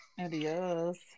Adios